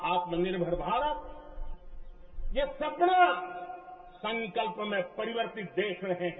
आत्मनिर्भर भारत ये सपना संकल्प में परिवर्तित देख रहे है